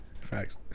Facts